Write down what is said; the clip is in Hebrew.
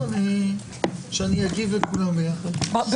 שאני אגיב לכולם ביחד.